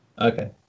Okay